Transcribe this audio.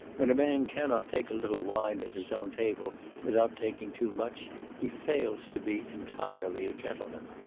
when a man cannot take a little wine at his own table without taking too much he fails to be entirely a gentleman.